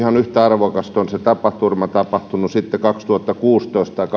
arvokas on tapaturma tapahtunut sitten kaksituhattakuusitoista tai kaksituhattaneljätoista